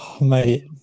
mate